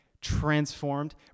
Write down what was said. transformed